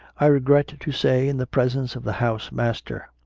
i regret to say, in the presence of the house-master.